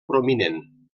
prominent